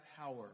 power